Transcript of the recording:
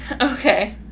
Okay